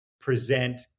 present